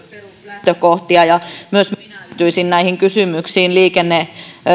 lähtökohtia ja myös minä yhtyisin näihin kysymyksiin